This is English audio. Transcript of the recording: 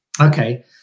Okay